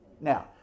Now